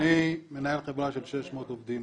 מנהל חברה של 600 עובדים.